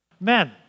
Men